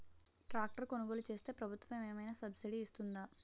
Tractor కొనుగోలు చేస్తే ప్రభుత్వం ఏమైనా సబ్సిడీ ఇస్తుందా?